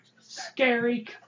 scary